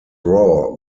raw